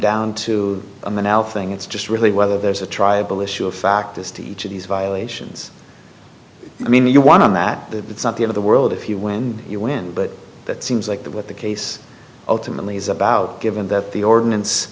down to an elf thing it's just really whether there's a triable issue of fact as to each of these violations i mean you one on that it's not the of the world if you win you win but that seems like that what the case ultimately is about given that the ordinance